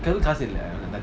கைலகாசுஇல்ல:kaila kaasu ila